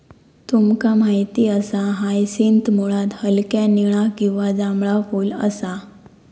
तुमका माहित असा हायसिंथ मुळात हलक्या निळा किंवा जांभळा फुल असा